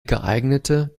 geeignete